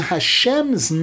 Hashem's